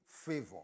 favor